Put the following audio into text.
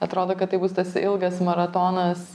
atrodo kad tai bus tas ilgas maratonas